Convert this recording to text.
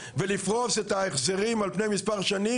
ולפרוס את ההחזרים על פני מספר זנים,